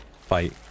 fight